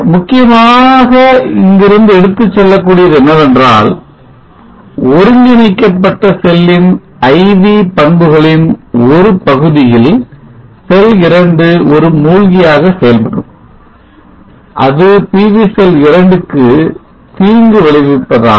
முக்கியமாக எடுத்துச் செல்லக் கூடியது என்னவென்றால் ஒருங்கிணைக்கப்பட்ட செல்லின் IV பண்புகளின் ஒரு பகுதியில் செல் 2 ஒரு மூழ்கியாக செயல்படும் அது PV செல் 2 க்கு தீங்கு விளைவிப்பதாகும்